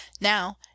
Now